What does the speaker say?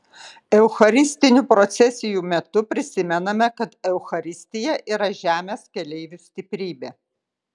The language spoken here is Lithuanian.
eucharistinių procesijų metu prisimename kad eucharistija yra žemės keleivių stiprybė